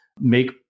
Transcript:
make